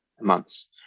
months